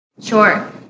Sure